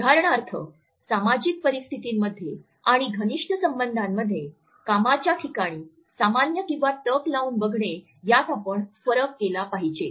उदाहरणार्थ सामाजिक परिस्थितींमध्ये आणि घनिष्ठ संबंधांमध्ये कामाच्या ठिकाणी सामान्य किंवा टक लावून बघणे यात आपण फरक केला पाहिजे